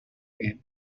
and